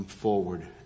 forward